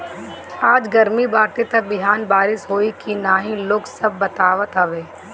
आज गरमी बाटे त बिहान बारिश होई की ना इ लोग सब बतावत हवे